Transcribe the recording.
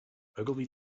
ogilvy